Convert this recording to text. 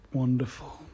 wonderful